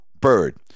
bird